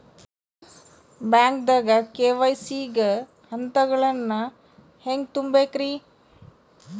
ಬ್ಯಾಂಕ್ದಾಗ ಕೆ.ವೈ.ಸಿ ಗ ಹಂತಗಳನ್ನ ಹೆಂಗ್ ತುಂಬೇಕ್ರಿ?